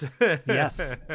yes